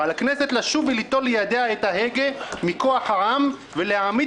על הכנסת לשוב וליטול לידיה את ההגה מכוח העם ולהעמיד